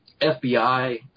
FBI